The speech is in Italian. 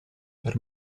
per